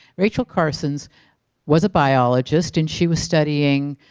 rachel carson was a biologist and she was studying